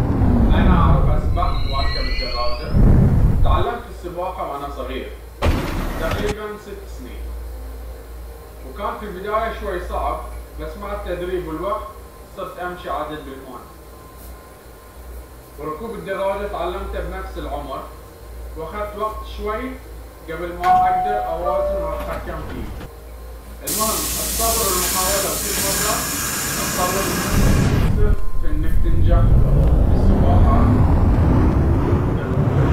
أنا أعرف أسبح وأركب الدراجة. تعلمت السباحة وأنا صغير، تقريبًا عندي ست سنين، وكان في البداية شوي صعب، بس مع التدريب والوقت صرت أمشي عدل بالماي. ركوب الدراجة تعلمته بنفس العمر، واخذت وقت شوي قبل ما أقدر أوازن وأتحكم فيها. المهم الصبر والمحاولة، وكل مرة تصير أحسن